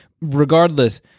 regardless